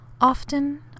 Often